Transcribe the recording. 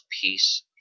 peace